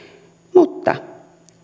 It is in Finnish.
mutta